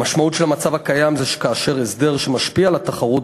המשמעות של המצב הקיים היא שכאשר הסדר שמשפיע על התחרות